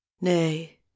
Nay